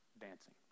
dancing